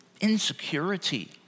insecurity